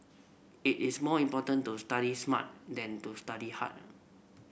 it is more important to study smart than to study hard